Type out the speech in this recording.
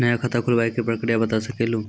नया खाता खुलवाए के प्रक्रिया बता सके लू?